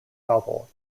novel